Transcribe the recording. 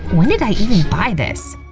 when did i even buy this?